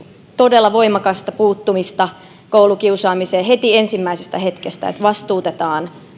todella voimakasta puuttumista koulukiusaamiseen heti ensimmäisestä hetkestä vastuutetaan